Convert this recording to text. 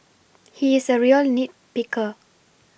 he is a real nit picker